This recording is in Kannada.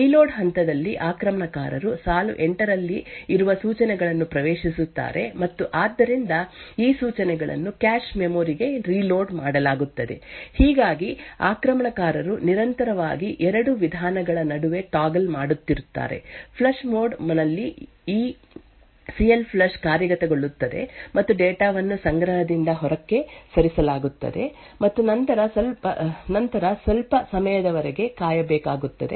ರೀಲೋಡ್ ಹಂತದಲ್ಲಿ ಆಕ್ರಮಣಕಾರರು ಸಾಲು 8 ರಲ್ಲಿ ಇರುವ ಸೂಚನೆಗಳನ್ನು ಪ್ರವೇಶಿಸುತ್ತಾರೆ ಮತ್ತು ಆದ್ದರಿಂದ ಈ ಸೂಚನೆಗಳನ್ನು ಕ್ಯಾಶ್ ಮೆಮೊರಿ ಗೆ ರೀಲೋಡ್ ಮಾಡಲಾಗುತ್ತದೆ ಹೀಗಾಗಿ ಆಕ್ರಮಣಕಾರರು ನಿರಂತರವಾಗಿ 2 ವಿಧಾನಗಳ ನಡುವೆ ಟಾಗಲ್ ಮಾಡುತ್ತಿರುತ್ತಾರೆ ಫ್ಲಶ್ ಮೋಡ್ ನಲ್ಲಿ ಈ ಸಿ ಎಲ್ ಫ್ಲಶ್ ಕಾರ್ಯಗತಗೊಳ್ಳುತ್ತದೆ ಮತ್ತು ಡೇಟಾ ವನ್ನು ಸಂಗ್ರಹದಿಂದ ಹೊರಕ್ಕೆ ಸರಿಸಲಾಗುತ್ತದೆ ನಂತರ ಸ್ವಲ್ಪ ಸಮಯದವರೆಗೆ ಕಾಯಬೇಕಾಗುತ್ತದೆ